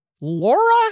Laura